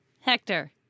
Hector